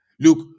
Look